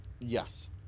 yes